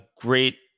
great